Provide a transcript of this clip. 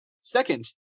second